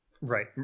Right